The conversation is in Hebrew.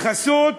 בחסות